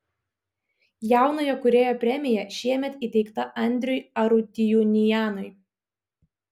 jaunojo kūrėjo premija šiemet įteikta andriui arutiunianui